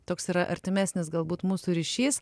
toks yra artimesnis galbūt mūsų ryšys